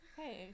Hey